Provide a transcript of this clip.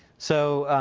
so,